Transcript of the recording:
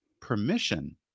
permission